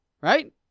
Right